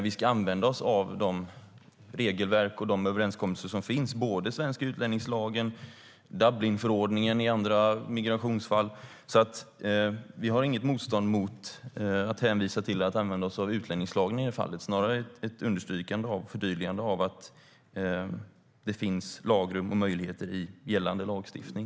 Vi ska använda oss av de regelverk och överenskommelser som finns i såväl den svenska utlänningslagen som, i andra migrationsfall, Dublinförordningen. Vi har alltså inget motstånd när det gäller att hänvisa till och använda oss av utlänningslagen i det här fallet; det är snarare ett understrykande och förtydligande av att det finns lagrum och möjligheter i gällande lagstiftning.